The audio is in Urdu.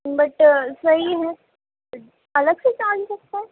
بٹ صحیح ہے الگ سے چارج لگتا ہے